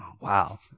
Wow